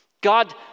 God